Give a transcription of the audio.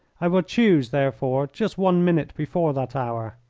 i will choose, therefore, just one minute before that hour.